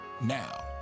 Now